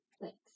Thanks